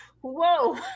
whoa